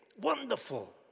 wonderful